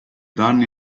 danni